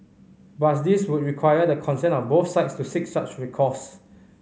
but this would require the consent of both sides to seek such recourse